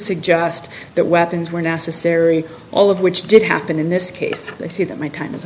suggest that weapons were necessary all of which did happen in this case they see that my